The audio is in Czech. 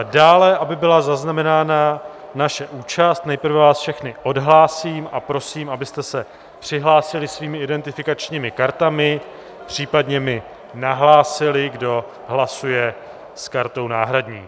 Dále, aby byla zaznamenána naše účast, nejprve vás všechny odhlásím a prosím, abyste se přihlásili svými identifikačními kartami, případně mi nahlásili, kdo hlasuje s kartou náhradní.